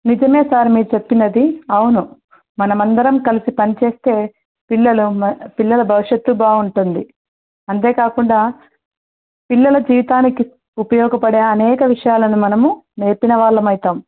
నిజమే సార్ మీరు చెప్పింది అవును మనమందరం కలిసి పనిచేస్తే పిల్లలు పిల్లల భవిష్యత్తు బాగుంటుంది అంతేకాకుండా పిల్లల జీవితానికి ఉపయోగపడే అనేక విషయాలను మనము నేర్పిన వాళ్ళం అవుతాం